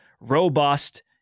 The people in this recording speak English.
robust